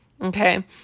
Okay